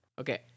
Okay